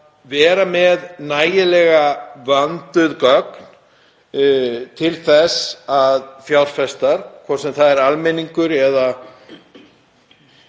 vera með nægilega vönduð gögn til þess að fjárfestar, hvort sem um er að ræða almenning eða